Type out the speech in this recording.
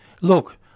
look